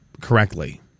correctly